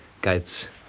guides